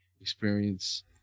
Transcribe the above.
experience